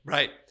Right